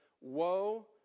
Woe